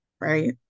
right